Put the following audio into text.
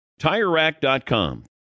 TireRack.com